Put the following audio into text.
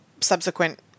subsequent